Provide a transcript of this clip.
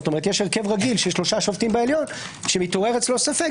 כלומר יש הרכב רגיל של 3 שופטים בעליון שמתעורר אצלו ספק,